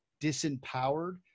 disempowered